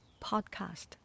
podcast